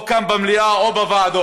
או כאן במליאה או בוועדות,